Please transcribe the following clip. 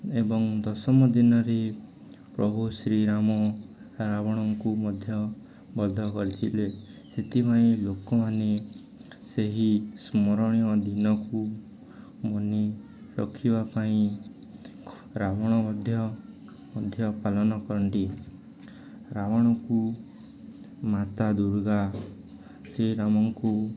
ଏବଂ ଦଶମ ଦିନରେ ପ୍ରଭୁ ଶ୍ରୀରାମ ରାବଣଙ୍କୁ ମଧ୍ୟ ବଧ କରିଥିଲେ ସେଥିପାଇଁ ଲୋକମାନେ ସେହି ସ୍ମରଣୀୟ ଦିନକୁ ମନେ ରଖିବା ପାଇଁ ରାବଣ ମଧ୍ୟ ମଧ୍ୟ ପାଳନ କରନ୍ତି ରାବଣକୁ ମାତା ଦୁର୍ଗା ଶ୍ରୀରାମଙ୍କୁ